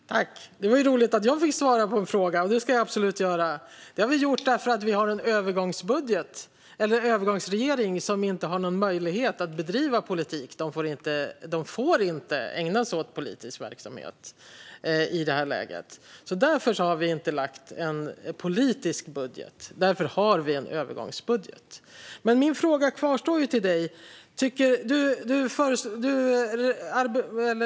Fru talman! Det var ju roligt att jag fick svara på en fråga, och det ska jag absolut göra. Vi har gjort detta för att vi har en övergångsregering, som inte har någon möjlighet att bedriva politik. De får inte ägna sig åt politisk verksamhet i det här läget. Därför har vi inte lagt fram en politisk budget, utan en övergångsbudget. Min fråga till dig kvarstår dock.